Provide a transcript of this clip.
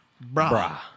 bra